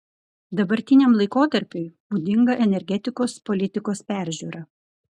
dabartiniam laikotarpiui būdinga energetikos politikos peržiūra